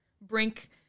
brink-